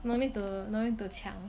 no need to no need to 抢